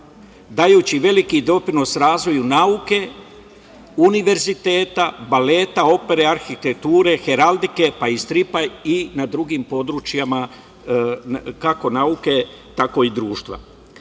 dajući veliki doprinos razvoju nauke, univerziteta, baleta, opere, arhitekture, heraldike, pa i stripa i na drugim područjima, kao nauke, tako i